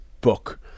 book